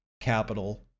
capital